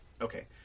okay